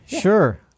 sure